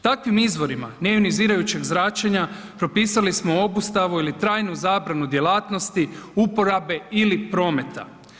Takvim izvorima neionizirajućeg zračenja propisali smo obustavu ili trajnu zabranu djelatnosti uporabe ili prometa.